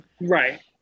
Right